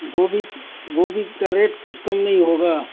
گوبھی گوبھی کا ریٹ کچھ کم نہیں ہوگا